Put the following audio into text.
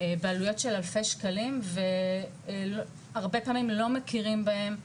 בעלויות של אלפי שקלים והרבה פעמים לא מכירים בהם,